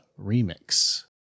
Remix